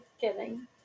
kidding